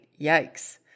Yikes